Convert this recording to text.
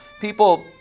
people